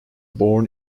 born